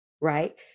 right